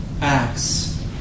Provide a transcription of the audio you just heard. acts